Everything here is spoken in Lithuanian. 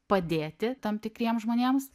padėti tam tikriem žmonėms